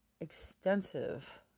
extensive